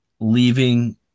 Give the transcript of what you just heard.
leaving